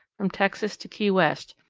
from texas to key west,